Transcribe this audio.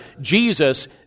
Jesus